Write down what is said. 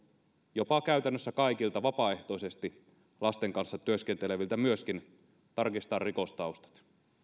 jopa kaikilta vapaaehtoisesti lasten kanssa työskenteleviltä myöskin tarkistaa rikostaustat ja